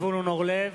זבולון אורלב,